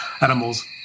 animals